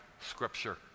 Scripture